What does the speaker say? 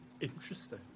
Interesting